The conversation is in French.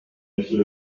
monsieur